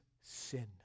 sin